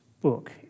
book